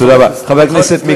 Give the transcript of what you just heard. חבר הכנסת לוי,